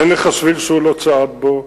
אין לך שביל שהוא לא צעד בו,